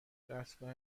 دستگاه